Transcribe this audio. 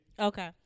Okay